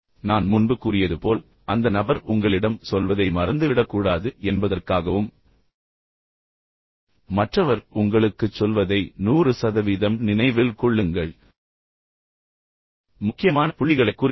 நான் முன்பு கூறியது போல் அந்த நபர் உங்களிடம் சொல்வதை மறந்துவிடக்கூடாது என்பதற்காகவும் மற்றவர் உங்களுக்குச் சொல்வதை 100 சதவீதம் நினைவில் கொள்ளுங்கள் நீங்கள் விரும்பும் வழியில் முக்கியமான புள்ளிகளைக் குறிப்பிடவும்